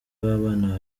w’abana